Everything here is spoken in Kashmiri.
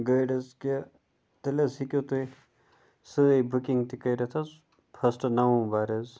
گٲڑۍ حظ کہِ تیٚلہِ حظ ہیٚکِو تُہۍ سٲنۍ بُکِنٛگ تہِ کٔرِتھ حظ فٔسٹ نَوَمبَر حظ